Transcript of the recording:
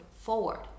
forward